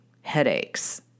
headaches